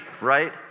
right